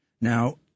Now